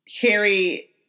Harry